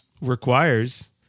requires